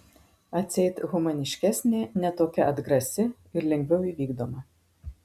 atseit humaniškesnė ne tokia atgrasi ir lengviau įvykdoma